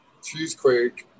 Cheesequake